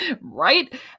Right